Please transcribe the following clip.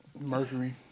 Mercury